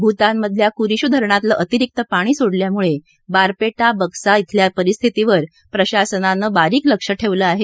भूतानमधल्या कुरिशू धरणातलं अतिरिक्त पाणी सोडल्यामुळे बारपेटा बक्सा इथल्या परिस्थितीवर प्रशासनानं बारीक लक्षं ठेवलं आहे